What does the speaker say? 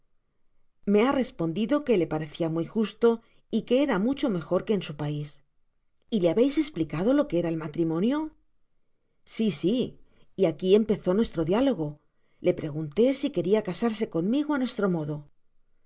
me ha respondido que le parecia muy justo y que era mucho mejor que en su pais y le habeis esplicado le que era el matrimonio si si y aqui empezó nuestro diálogo le pregunté si queria casarse conmigo á nuestro modo